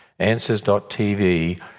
Answers.tv